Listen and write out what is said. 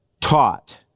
taught